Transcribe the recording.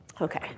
Okay